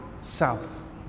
South